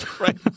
Right